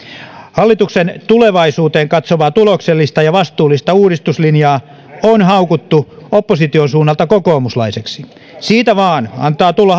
hallituksen tulevaisuuteen katsovaa tuloksellista ja vastuullista uudistuslinjaa on haukuttu opposition suunnalta kokoomuslaiseksi siitä vain antaa tulla